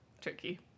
Tricky